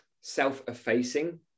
self-effacing